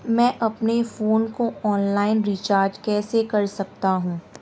मैं अपने फोन को ऑनलाइन रीचार्ज कैसे कर सकता हूं?